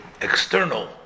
external